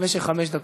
במשך חמש דקות.